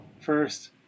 first